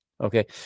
Okay